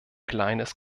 kleines